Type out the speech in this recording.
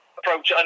approach